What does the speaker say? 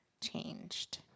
changed